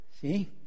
See